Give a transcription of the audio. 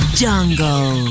jungle